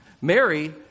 Mary